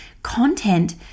Content